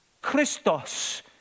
Christos